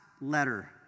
letter